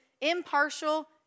impartial